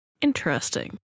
interesting